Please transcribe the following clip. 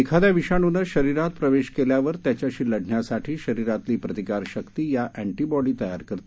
एखाद्या विषाणूने शरीरात प्रवेश केल्यावर त्याच्याशी लढण्यासाठी शरीरातली प्रतिकार शक्ती या अँटीबॉडी तयार करते